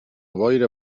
boira